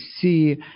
see